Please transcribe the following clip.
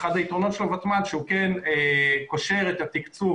הוא כן קושר את התקצוב,